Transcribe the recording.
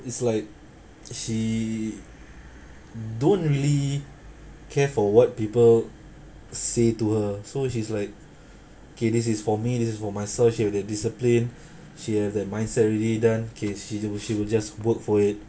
it's like she don't really care for what people say to her so she's like okay this is for me this is for myself she will get discipline she will have the mindset already then okay she will she will just work for it